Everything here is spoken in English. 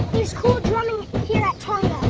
there's cool drumming here at tonga!